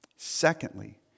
Secondly